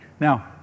Now